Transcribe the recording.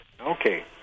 Okay